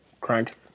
Crank